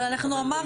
אבל אנחנו אמרנו,